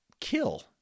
kill